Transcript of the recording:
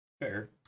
Fair